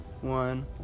one